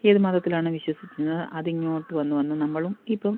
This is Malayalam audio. ഏതു മതത്തിലാണ് വിശ്വസിച്ചിരുന്നത് അതിങ്ങോട്ട് വന്ന് വന്ന് നമ്മളും ഇപ്പം